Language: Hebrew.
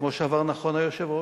כפי שאמר נכון היושב-ראש.